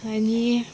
आनी